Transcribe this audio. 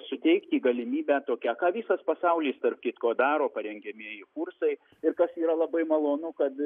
suteikti galimybę tokią ką visas pasaulis tarp kitko daro parengiamieji kursai ir kas yra labai malonu kad